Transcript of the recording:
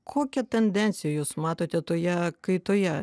kokią tendenciją jūs matote toje kaitoje